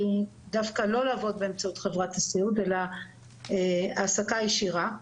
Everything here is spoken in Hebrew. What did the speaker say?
הדרך היא דווקא לא לעבוד באמצעות חברת הסיעוד אלא העסקה ישירה.